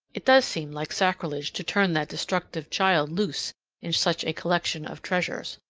it does seem like sacrilege to turn that destructive child loose in such a collection of treasures.